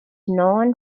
known